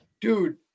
dude